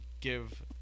give